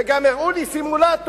וגם הראו לי סימולטור,